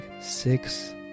six